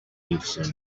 hilson